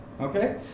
okay